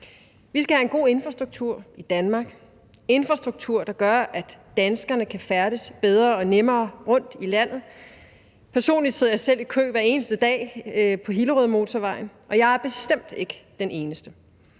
Vi skal have en god infrastruktur i Danmark, en infrastruktur, der gør, at danskerne kan færdes bedre og nemmere rundt i landet. Personligt sidder jeg selv i kø hver eneste dag på Hillerødmotorvejen, og jeg er bestemt ikke den eneste.